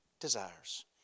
desires